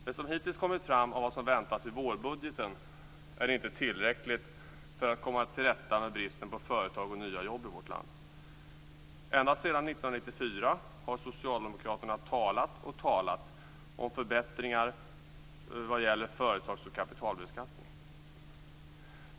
Det som hittills kommit fram av vad som väntas i vårbudgeten är inte tillräckligt för att komma till rätta med bristen på företag och nya jobb i vårt land. Ända sedan 1994 har socialdemokraterna talat och talat om förbättringar vad det gäller företags och kapitalbeskattning.